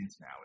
now